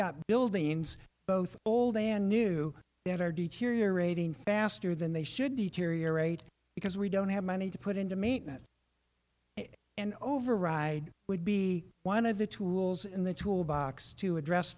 got buildings both old and new the energy cheerier rating faster than they should deteriorate because we don't have money to put into maintenance an override would be one of the tools in the tool box to address